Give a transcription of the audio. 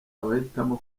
abahitamo